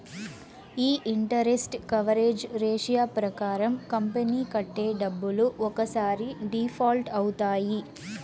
ఈ interest coverage ratio ప్రకారం company కట్టే డబ్బులు ఒక్కసారి డిఫాల్ట్ అవుతాయి